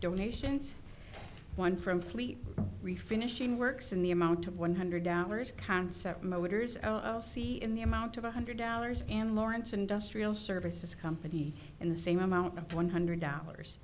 donations one from fleet refinishing works in the amount of one hundred dollars concept motors i'll see in the amount of one hundred dollars in lawrence industrial services company in the same amount of one hundred dollars